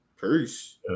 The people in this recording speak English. Peace